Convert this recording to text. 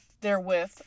therewith